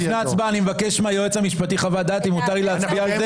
לפני ההצבעה אני מבקש מהיועץ המשפטי חוות דעת אם מותר לי להצביע על זה.